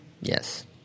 Yes